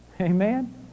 Amen